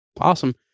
Awesome